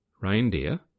Reindeer